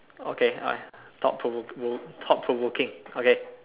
okay alright thought provo~ thought provoking okay